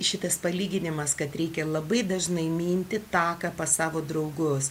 šitas palyginimas kad reikia labai dažnai minti taką pas savo draugus